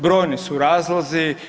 Brojni su razlozi.